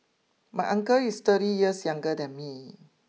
my uncle is thirty years younger than me